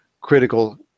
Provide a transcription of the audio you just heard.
critical